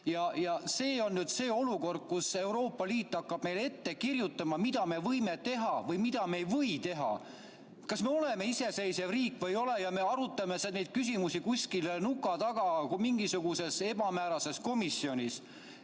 See on nüüd see olukord, kus Euroopa Liit hakkab ette kirjutama, mida me võime teha ja mida me ei või teha. Kas me oleme iseseisev riik või ei ole? Me arutame neid küsimusi kuskil nuka taga, mingisuguses ebamäärases komisjonis.